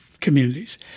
communities